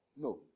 No